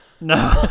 No